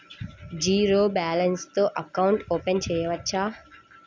Zero balance తో account open చేయవచ్చు?